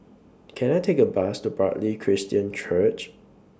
Can I Take A Bus to Bartley Christian Church